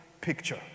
picture